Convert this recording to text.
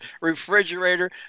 refrigerator